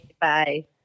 Bye